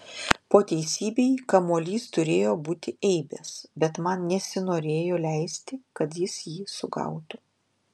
po teisybei kamuolys turėjo būti eibės bet man nesinorėjo leisti kad jis jį sugautų